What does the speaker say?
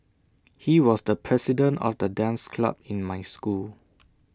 he was the president of the dance club in my school